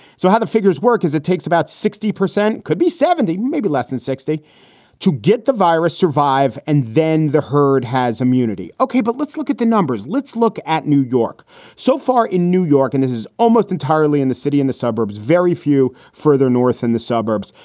so how the figures work is it takes about sixty percent, could be seventy, maybe less than sixty to get the virus survive. and then the herd has immunity. okay, but let's look at the numbers. let's look at new york so far in new york. and this is almost entirely in the city, in the suburbs, very few. further north in the suburbs,